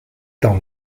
dans